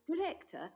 director